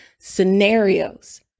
scenarios